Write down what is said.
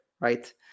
right